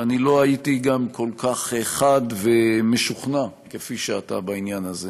ואני לא הייתי גם כל כך חד ומשוכנע כפי שאתה בעניין הזה,